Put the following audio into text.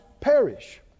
perish